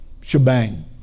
shebang